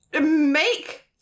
make